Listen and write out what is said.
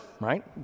right